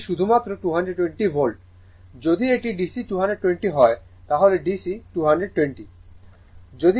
যদি এটি DC 220 হয় তাহলে DC 220